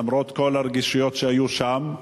למרות כל הרגישויות שהיו שם.